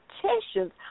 petitions